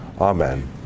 Amen